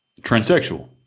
transsexual